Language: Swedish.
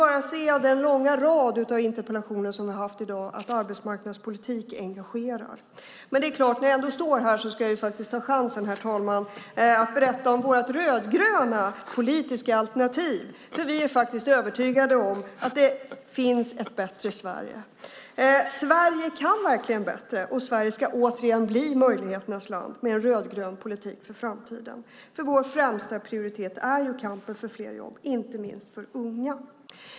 Av den långa rad interpellationer vi har haft i dag kan vi se att arbetsmarknadspolitik engagerar. Jag ska ta chansen att berätta om vårt rödgröna politiska alternativ. Vi är övertygade om att det finns ett bättre Sverige. Sverige kan verkligen bättre. Sverige ska återigen bli möjligheternas land med en rödgrön politik i framtiden. Vår främsta prioritet är kampen för fler jobb, inte minst för unga.